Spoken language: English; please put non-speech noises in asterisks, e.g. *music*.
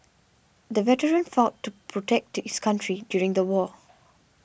the veteran fought to protect *unintelligible* his country during the war